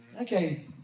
Okay